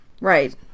Right